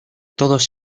todos